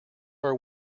our